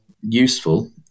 useful